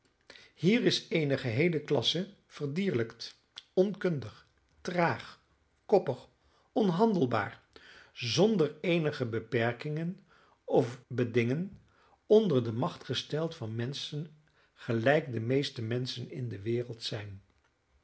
hier is eene geheele klasse verdierlijkt onkundig traag koppig onhandelbaar zonder eenige beperkingen of bedingen onder de macht gesteld van menschen gelijk de meeste menschen in de wereld zijn